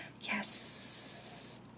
Yes